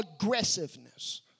aggressiveness